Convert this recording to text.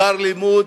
שכר לימוד,